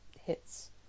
hits